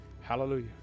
Hallelujah